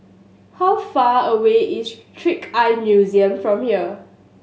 how far away is Trick Eye Museum from here